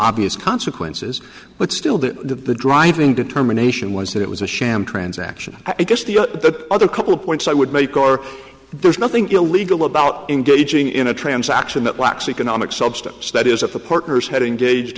obvious consequences but still the driving determination was that it was a sham transaction i guess the the other couple points i would make or there's nothing illegal about engaging in a transaction that lacks economic substance that is if the partners had engaged